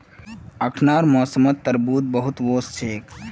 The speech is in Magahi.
अखनार मौसमत तरबूज बहुत वोस छेक